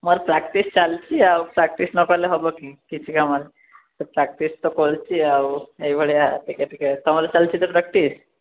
ମୋର ପ୍ରାକ୍ଟିସ୍ ଚାଲିଛି ଆଉ ପ୍ରାକ୍ଟିସ୍ ନକଲେ ହେବକି କିଛି କାମରେ ତ ପ୍ରାକ୍ଟିସ୍ ତ କରିଛି ଆଉ ଏଇଭଳିଆ ଟିକେ ଟିକେ ତମର ଚାଲିଛି ତ ପ୍ରାକ୍ଟିସ୍